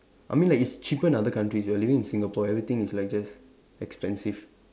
I mean like it's cheaper in other countries you're living in Singapore everything is like just expensive